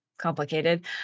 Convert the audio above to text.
complicated